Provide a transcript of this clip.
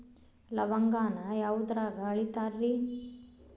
ಲವಂಗಾನ ಯಾವುದ್ರಾಗ ಅಳಿತಾರ್ ರೇ?